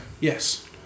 Yes